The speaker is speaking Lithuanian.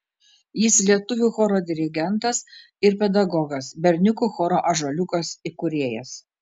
jis lietuvių choro dirigentas ir pedagogas berniukų choro ąžuoliukas įkūrėjas